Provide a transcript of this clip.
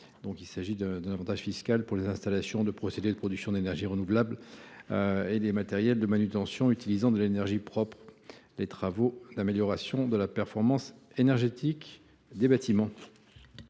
Il s’agit d’un avantage fiscal pour les installations de procédés de production d’énergies renouvelables, les matériels de manutention utilisant de l’énergie propre et les travaux d’amélioration de la performance énergétique des bâtiments.